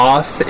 Off